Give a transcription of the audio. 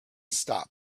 stop